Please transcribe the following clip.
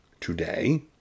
today